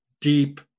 deep